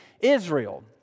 Israel